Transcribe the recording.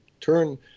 turn